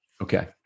Okay